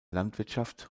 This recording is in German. landwirtschaft